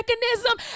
mechanism